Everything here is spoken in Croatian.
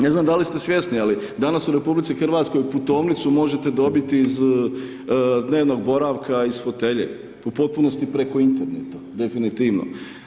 Ne znam da li ste svjesni, ali danas u RH putovnicu možete dobiti iz dnevnog boravka, iz fotelje, u potpunosti preko interneta, definitivno.